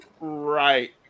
Right